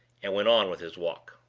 and went on with his walk.